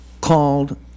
called